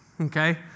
okay